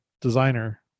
designer